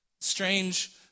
strange